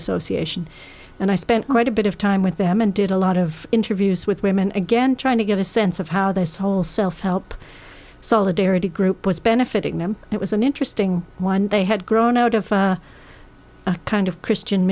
association and i spent quite a bit of time with them and did a lot of interviews with women again trying to get a sense of how this whole self help solidarity group was benefiting them it was an interesting one they had grown out of a kind of christian